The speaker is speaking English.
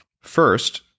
First